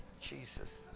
Jesus